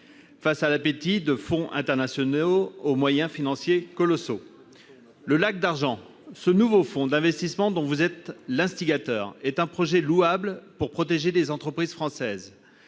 face à l'appétit de fonds internationaux aux moyens financiers colossaux. Dénommé « Lac d'argent », ce nouveau fonds d'investissement, dont vous êtes l'instigateur, est un projet louable pour protéger les entreprises françaises.